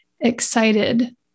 excited